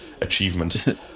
achievement